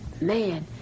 man